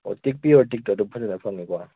ꯑꯣ ꯇꯤꯛ ꯄꯤꯌꯣꯔ ꯇꯤꯛꯇ ꯑꯗꯨꯝ ꯐꯖꯅ ꯐꯪꯉꯤꯀꯣ